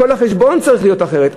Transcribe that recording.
כל החשבון צריך להיות אחרת.